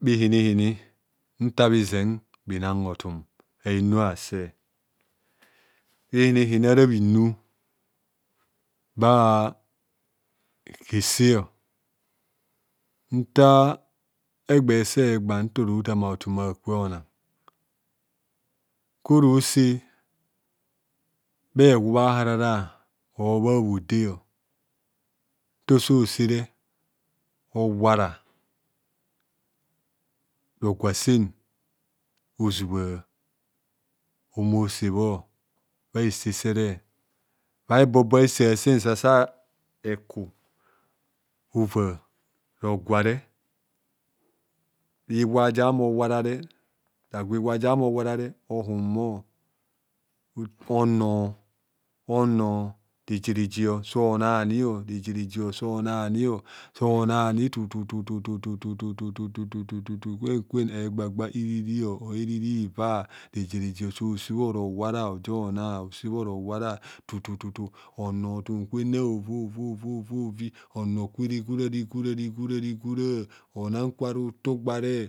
Bhihinihini nta bhizeng bhinang hothum a henu aase bhininihini bhi nu bha hese nta egbe nta ora othaama hothum aakwe honang koro ose bha ehub ara or bhaode o nta ose re owara rogwa sen ozubha ohumo osebho bha ebo+bo asen asen sa asa heku ova rogwa he iwar je ame owara re ohum mo ono, ono ono reje reje reje so ona ani reje reje so ana ana tu tu tu tu tu tu kwen kwen hekba eriri iriri iva onang ode osebho ora awara ma oda ojia osebho ora owara ma odo jia ona ono hothum kwere onang kwe regora regora onang kwe ara utugbare